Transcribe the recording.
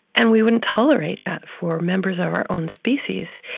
and we wouldn't tolerate that for members of our own species,